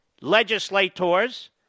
legislators